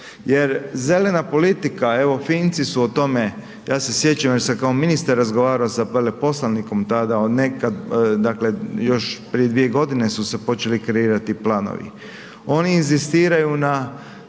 jer zelena politika, evo Finci su o tome, ja se sjećam jer sam kao ministar razgovarao sa veleposlanikom tada, od nekad, dakle još prije 2.g. su se počeli kreirati planovi, oni inzistiraju na